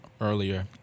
earlier